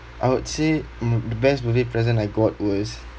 I would say mm the best birthday present I got was